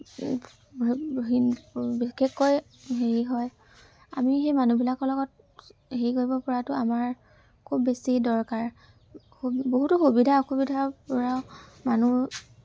বিশেষকৈ হেৰি হয় আমি সেই মানুহবিলাকৰ লগত হেৰি কৰিব পৰাতো আমাৰ খুব বেছি দৰকাৰ বহুতো সুবিধা অসুবিধাৰপৰা মানুহ